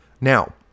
Now